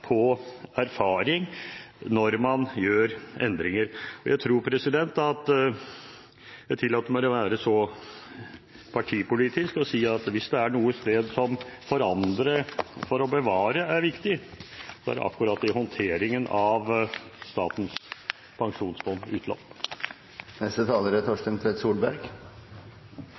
erfaring når man gjør endringer. Jeg tror jeg vil si – jeg tillater meg å være så partipolitisk – at hvis det er noe sted «forandre for å bevare» er viktig, er det akkurat i håndteringen av Statens pensjonsfond